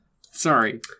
Sorry